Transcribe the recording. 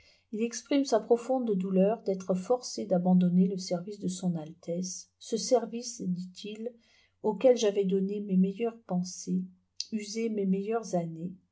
il exprime sa profonde douleur d'être forcé d'abandonner le service de son altesse ce service dit-il auquel j'avais donné mes meilleures pensées usé mes meilleures années